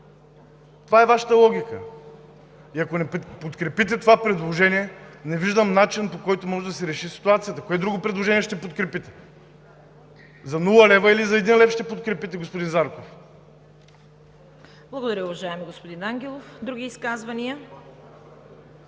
това е Вашата логика. И ако не подкрепите това предложение, не виждам начин, по който може да се реши ситуацията. Кое друго предложение ще подкрепите? За нула лева или за един лев ще подкрепите, господин Зарков? ПРЕДСЕДАТЕЛ ЦВЕТА КАРАЯНЧЕВА: Благодаря, уважаеми господин Ангелов. Други изказвания?